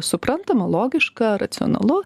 suprantama logiška racionalu